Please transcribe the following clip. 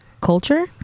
culture